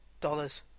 dollars